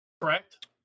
correct